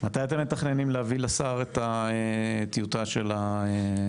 מתי אתם מתכננים להביא לשר את הטיוטה של החוק?